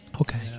Okay